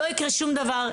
לא יקרה שום דבר,